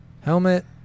helmet